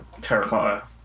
terracotta